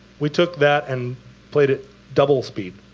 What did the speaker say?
we took that and played it double speed,